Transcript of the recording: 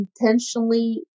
intentionally